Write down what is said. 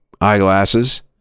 eyeglasses